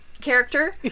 character